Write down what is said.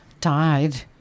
died